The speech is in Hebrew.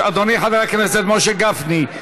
אדוני חבר הכנסת משה גפני,